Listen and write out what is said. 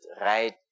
right